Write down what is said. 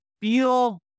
feel